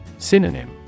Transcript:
Synonym